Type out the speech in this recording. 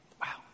Wow